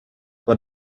but